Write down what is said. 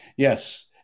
Yes